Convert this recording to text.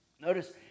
notice